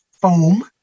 foam